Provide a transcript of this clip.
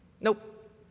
Nope